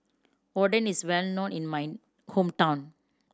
oden is well known in my hometown